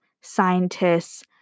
scientists